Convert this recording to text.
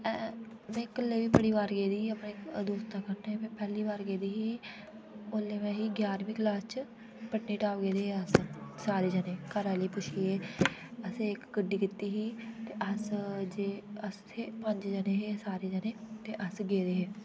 मैं कल्ले बी बड़ी बार जेह्दी ही अपने दोस्ता कन्ने मैं पैह्ली बार गेदी ही ओह्ले मैं ही ग्यारहवीं क्लास च पत्नी टॉप गेदे हे अस सारे जने घरे आह्ले गी पूछिए असे इक गड़ी कीत्ती ही ते अस इत्थै अस इत्थै पंज जने हे पंज ते अस गेदे हे